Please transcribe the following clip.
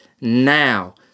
now